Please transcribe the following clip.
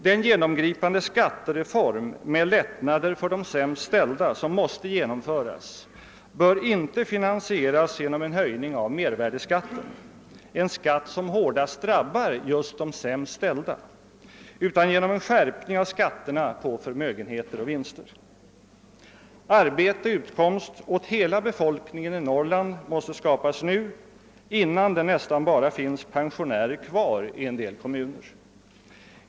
Den genomgripande skattereform med lättnader för de sämst ställda som måste genomföras bör inte finansieras med en höjning av mervärdeskatten, en skatt som hårdast drabbar just de sämst ställda, utan genom en skärpning av skatterna på förmögenheter och vinster. Arbete och utkomst åt hela Norrlands befolkning måste skapas nu innan det finns nästan bara pensionärer kvar i en del kommuner.